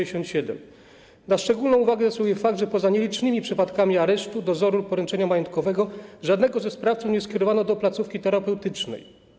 Na szczególną uwagę zasługuje fakt, że poza nielicznymi przypadkami aresztu, dozoru, poręczenia majątkowego, żadnego ze sprawców nie skierowano do placówki terapeutycznej.